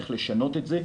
צריך לשנות את זה,